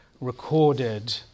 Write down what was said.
recorded